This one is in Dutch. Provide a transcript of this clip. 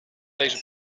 deze